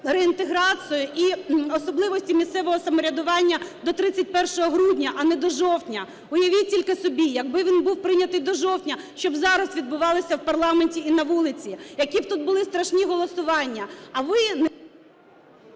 реінтеграцію і особливості місцевого самоврядування до 31 грудня, а не до жовтня. Уявіть тільки собі, якби він був прийнятий до жовтня, що б зараз відбувалося в парламенті і на вулиці, які б тут були страшні голосування, а ви…